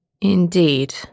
Indeed